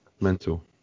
mental